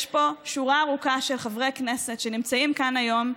יש פה שורה ארוכה של חברי כנסת שנמצאים כאן היום,